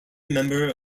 member